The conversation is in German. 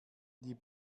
die